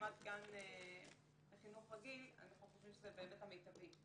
לעומת גן בחינוך רגיל זה באמת המיטבי,